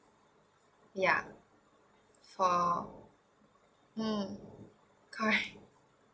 ya for mm correct